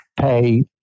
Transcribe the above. pay